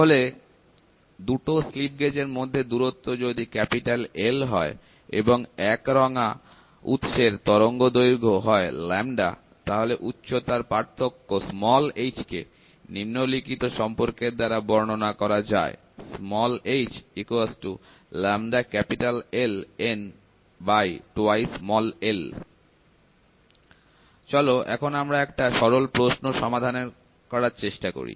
তাহলে দুটো slip gauge এর মধ্যে দূরত্ব যদি L হয় এবং একরঙা উৎসের তরঙ্গদৈর্ঘ্য হয় তাহলে উচ্চতার পার্থক্য h কে নিম্নলিখিত সম্পর্কের দ্বারা বর্ণনা করা যায় h λLN2l চলো এখন আমরা একটা সরল প্রশ্ন সমাধান করার চেষ্টা করি